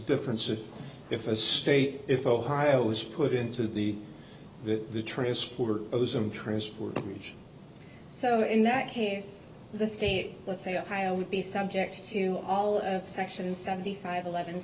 difference if if a state if ohio was put into the transport them transport so in that case the state let's say ohio would be subject to all section seventy five eleven